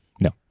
No